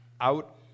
out